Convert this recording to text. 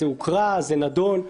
זה הוקרא, זה נדון.